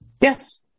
Yes